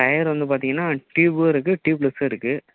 tyre வந்து பார்த்திங்கன்னா டியூபும் இருக்கு டியூப்லெஸும் இருக்கு